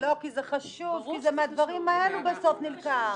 כי זה חשוב, כי זה מהדברים האלה נלקח בסוף.